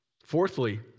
Fourthly